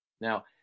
Now